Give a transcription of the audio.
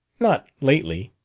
not lately.